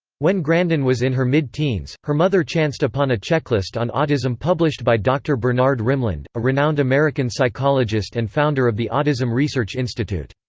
when grandin was in her mid-teens, her mother chanced upon a checklist on autism published by dr. bernard rimland, a renowned american psychologist and founder of the autism research institute.